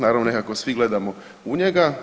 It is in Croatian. Naravno nekako svi gledamo u njega.